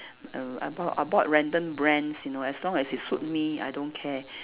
err I bought I bought random brands you know as long as it suit me I don't care